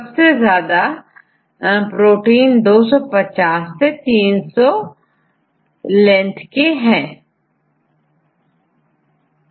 सबसे ज्यादा protein 300 length के होते हैं